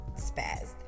spazzed